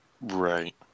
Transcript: Right